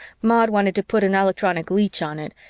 maud wanted to put an electronic leech on it,